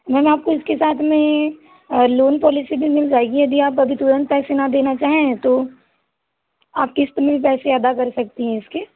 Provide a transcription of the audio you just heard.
ma'am आपको इसके साथ में लोन पॉलिसी भी मिल जाएगी यदि आप अभी तुरंत पैसे ना देना चाहें तो आप क़िस्त में पैसे अदा कर सकती हैं इसके